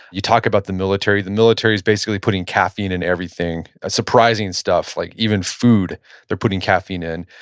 you talk about the military, the military is basically putting caffeine in everything surprising stuff, like even food they're putting caffeine in.